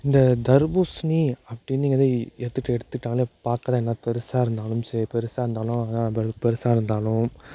இந்த தர்பூசணி அப்படிங்கிறத எதுக்கு எடுத்துட்டாலும் பார்க்கதா என்ன பெருசாக இருந்தாலும் சரி பெருசாக இருந்தாலும் இப்போ பெருசாக இருந்தாலும்